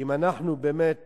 אם אנחנו באמת